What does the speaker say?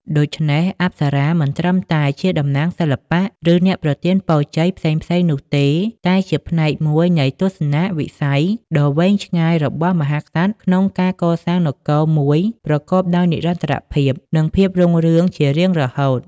ដូច្នេះ អប្សរាមិនត្រឹមតែជាតំណាងសិល្បៈ ឬអ្នកប្រទានពរជ័យផ្សេងៗនោះទេ តែជាផ្នែកមួយនៃទស្សនៈវិស័យដ៏វែងឆ្ងាយរបស់មហាក្សត្រក្នុងការកសាងនគរមួយប្រកបដោយនិរន្តរភាព និងភាពរុងរឿងជារៀងរហូត។